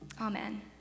Amen